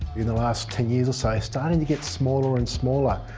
in the last ten years or so, it's starting to get smaller and smaller,